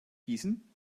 gießen